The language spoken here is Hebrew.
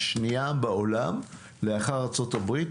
השנייה בעולם לאחר ארצות הברית,